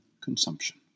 consumption